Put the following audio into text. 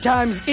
Times